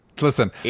Listen